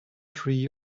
tree